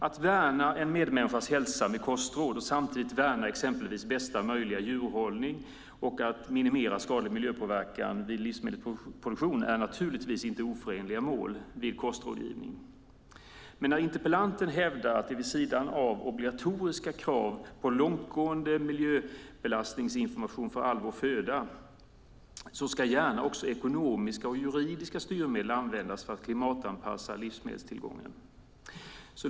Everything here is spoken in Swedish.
Att värna en medmänniskas hälsa med kostråd och samtidigt värna exempelvis bästa möjliga djurhållning och att minimera skadlig miljöpåverkan vid livsmedelsproduktion är naturligtvis inte oförenliga mål vid kostrådgivning. Interpellanten hävdar att det vid sidan av obligatoriska krav på långtgående miljöbelastningsinformation för all vår föda gärna också ska användas ekonomiska och juridiska styrmedel för att klimatanpassa livsmedelstillgången.